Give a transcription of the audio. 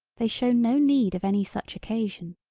they show no need of any such occasion.